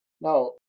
Now